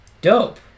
Dope